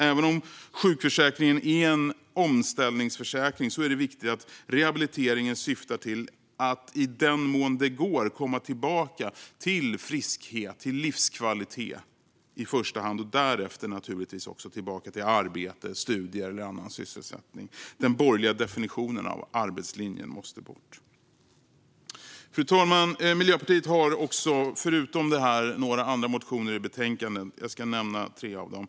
Även om sjukförsäkringen är en omställningsförsäkring är det viktigt att rehabiliteringen syftar till att man, i den mån det går, ska komma tillbaka till friskhet och livskvalitet i första hand och därefter naturligtvis också tillbaka till arbete, studier eller annan sysselsättning. Den borgerliga definitionen av arbetslinjen måste bort. Fru talman! Miljöpartiet har förutom det här några andra motioner i betänkandet, och jag ska nämna tre av dem.